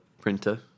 printer